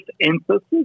emphasis